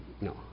No